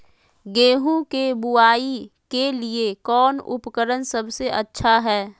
गेहूं के बुआई के लिए कौन उपकरण सबसे अच्छा है?